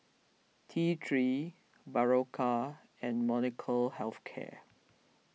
T three Berocca and Molnylcke Health Care